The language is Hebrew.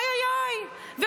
אוי, אוי, אוי.